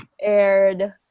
aired